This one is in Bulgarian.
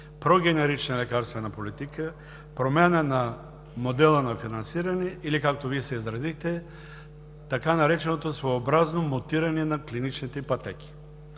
прогенерична лекарствена политика, промяна на модела на финансиране или както Вие се изразихте – така нареченото своеобразно мутиране на клиничните пътеки.